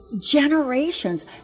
generations